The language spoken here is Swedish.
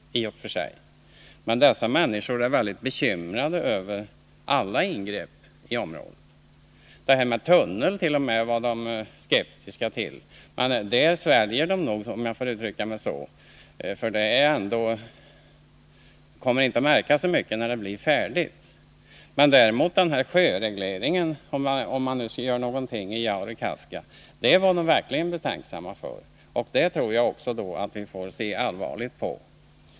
Men dessa är mycket bekymrade över alla ingrepp i området. T. o. m. tunneln var de skeptiska till. Men det förslaget ”sväljer” de nog, då tunneln ändå inte kommer att märkas så mycket när den blir färdig. Däremot var människorna mycket betänksamma när det gäller den eventuella sjöregleringen i Jaurekaska. Detta får vi se allvarligt på.